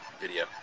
video